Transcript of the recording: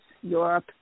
Europe